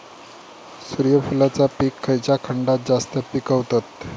सूर्यफूलाचा पीक खयच्या खंडात जास्त पिकवतत?